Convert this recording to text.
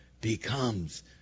becomes